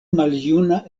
maljuna